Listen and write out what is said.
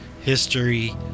history